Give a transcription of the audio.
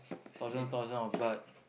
thousand thousand of Baht